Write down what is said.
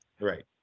Right